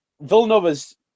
Villanova's